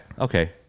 okay